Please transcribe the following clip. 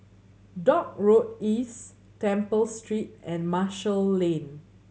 Dock Road East Temple Street and Marshall Lane